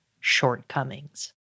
shortcomings